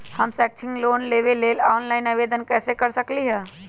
हम शैक्षिक लोन लेबे लेल ऑनलाइन आवेदन कैसे कर सकली ह?